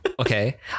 Okay